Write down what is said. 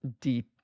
deep